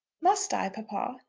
must i, papa?